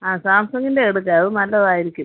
ആ സാംസങ്ങിൻ്റെ എടുക്കാം അത് നല്ലതായിരിക്കും